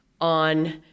on